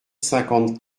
cinquante